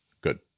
Good